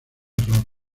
error